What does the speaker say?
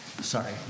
Sorry